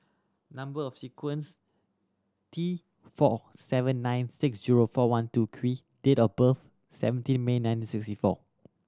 number of sequence T four seven nine six zero four one two Q date of birth seventeen May nineteen sixty four